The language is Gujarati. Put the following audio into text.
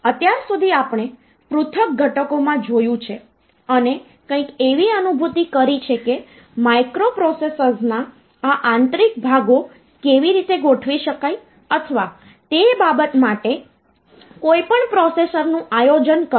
અત્યાર સુધી આપણે પૃથક ઘટકોમાં જોયું છે અને કંઈક એવી અનુભૂતિ કરી છે કે માઇક્રોપ્રોસેસરના આ આંતરિક ભાગો કેવી રીતે ગોઠવી શકાય અથવા તે બાબત માટે કોઈપણ પ્રોસેસરનું આયોજન કરવું